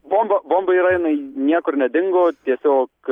bomba bomba yra jinai niekur nedingo tiesiog